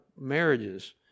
marriages